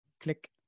Click